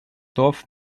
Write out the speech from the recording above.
dorf